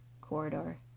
corridor